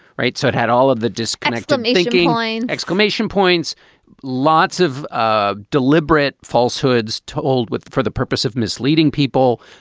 right so it had all of the disconnect making line exclamation points lots of of deliberate falsehoods told with for the purpose of misleading people.